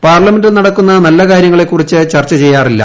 പാർലമെന്റിൽ നടക്കുന്ന നല്ലകാര്യങ്ങളെ കുറിച്ച് ചർച്ച ചെയ്യാറില്ല